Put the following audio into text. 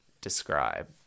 describe